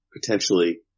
potentially